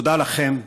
תודה לכם.